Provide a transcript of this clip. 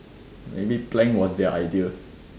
maybe plank was their idea